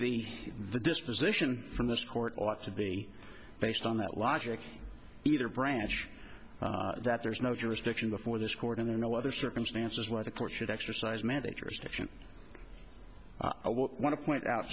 the the disposition from this court ought to be based on that logic either branch that there is no jurisdiction before this court and there are no other circumstances where the court should exercise managers and if you want to point out